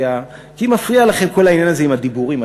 כי מפריע לכם כל העניין הזה עם הדיבורים.